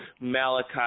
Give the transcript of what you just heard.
Malachi